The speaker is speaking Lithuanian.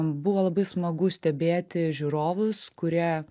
buvo labai smagu stebėti žiūrovus kurie